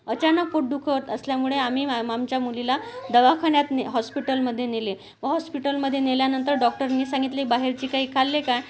अचानक पोट दुखत असल्यामुळे आम्ही आम् आमच्या मुलीला दवाखान्यात न हॉस्पिटलमध्ये नेले व हॉस्पिटलमध्ये नेल्यानंतर डॉक्टरनी सांगितले बाहेरचे काही खाल्ले का